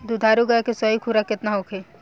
दुधारू गाय के सही खुराक केतना होखे?